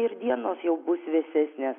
ir dienos jau bus vėsesnės